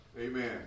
Amen